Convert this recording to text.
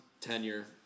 tenure